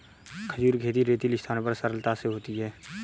खजूर खेती रेतीली स्थानों पर सरलता से होती है